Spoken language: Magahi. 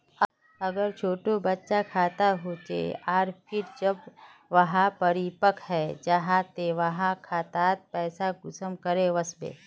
अगर छोटो बच्चार खाता होचे आर फिर जब वहाँ परिपक है जहा ते वहार खातात पैसा कुंसम करे वस्बे?